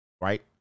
right